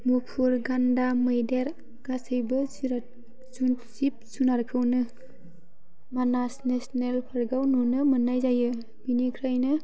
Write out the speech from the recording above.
मुफुर गान्दा मैदेर गासैबो जिराद जिब जुनारखौनो मानास नेशनेल पार्क आव नुनो मोन्नाय जायो बेनिखायनो